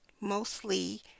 mostly